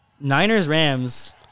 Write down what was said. Niners-Rams